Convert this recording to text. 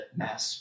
mass